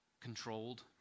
controlled